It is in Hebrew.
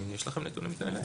יש לכם נתונים כאלה?